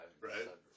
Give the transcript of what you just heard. Right